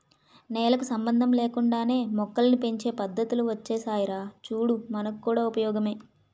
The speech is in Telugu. నేలకు సంబంధం లేకుండానే మొక్కల్ని పెంచే పద్దతులు ఒచ్చేసాయిరా చూడు మనకు కూడా ఉపయోగమే